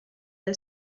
del